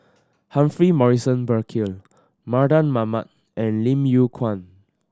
Humphrey Morrison Burkill Mardan Mamat and Lim Yew Kuan